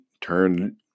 turn